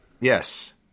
Yes